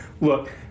Look